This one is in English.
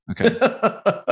Okay